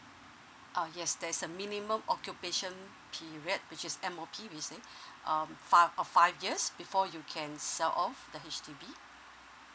ah yes there's a minimum occupation period which is M_O_P what you're saying um fi~ of five years before you can sell off the H_D_B